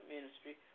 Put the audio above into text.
Ministry